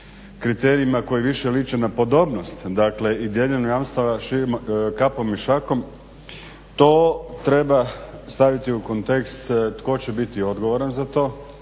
kriterijima koji više liče na podobnost, dakle i dijeljenje jamstava šakom i kapom. To treba staviti u kontekst tko će biti odgovoran za to